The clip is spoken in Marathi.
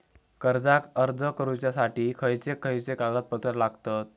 कर्जाक अर्ज करुच्यासाठी खयचे खयचे कागदपत्र लागतत